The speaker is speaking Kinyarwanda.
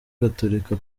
gatolika